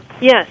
Yes